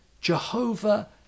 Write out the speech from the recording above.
Jehovah